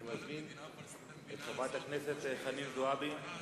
אני מזמין את חברת הכנסת חנין זועבי.